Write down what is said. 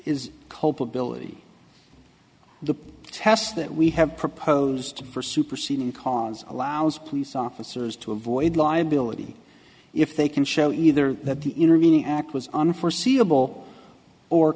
is culpability tests that we have proposed for superseding cause allows police officers to avoid liability if they can show either that the intervening act was unforeseeable or